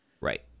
Right